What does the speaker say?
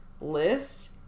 list